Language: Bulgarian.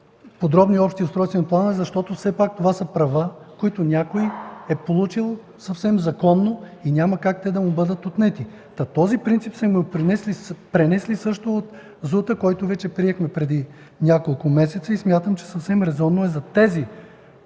подробни общи устройствени планове, защото все пак това са права, които някой е получил съвсем законно и няма как те да му бъдат отнети. И този принцип сме го пренесли също от ЗУТ-а, който вече приехме преди няколко месеца. Смятам, че съвсем резонно е за тези